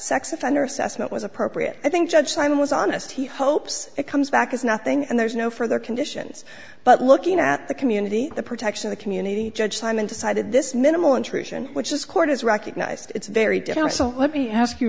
sex offender assessment was appropriate i think judge simon was honest he hopes it comes back as nothing and there's no further conditions but looking at the community the protection the community judge simon decided this minimal intrusion which is court has recognized it's very different so let me ask you